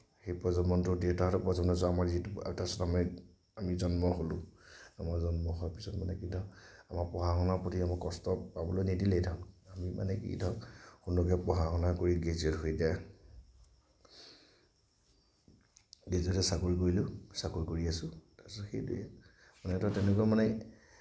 সেই প্ৰজন্মটোৰ দেউতাহঁতৰ প্ৰজন্ম যি আমি জন্ম হলোঁ আমাৰ জন্ম হোৱাৰ পাছত মানে আমাৰ পঢ়া শুনাৰ প্ৰতি কষ্ট পাবলৈ নিদিলে ধৰক যিমানেই কি ধৰক পঢ়া শুনা কৰি গ্ৰেজুৱেট হৈ এতিয়া চাকৰি কৰিলোঁ চাকৰি কৰি আছোঁ সেইবোৰেই তেনেকুৱা মানে আমি ধৰক